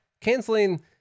Canceling